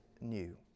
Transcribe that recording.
new